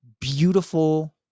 beautiful